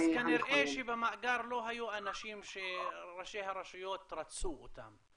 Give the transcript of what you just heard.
אז כנראה שבמאגר לא היו אנשים שראשי הרשויות רצו אותם.